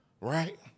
right